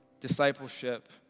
discipleship